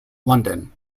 london